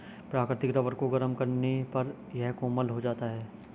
प्राकृतिक रबर को गरम करने पर यह कोमल हो जाता है